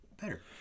better